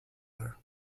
her